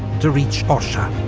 to reach orsha.